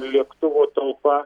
lėktuvo talpa